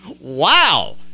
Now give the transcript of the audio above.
Wow